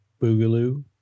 Boogaloo